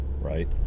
right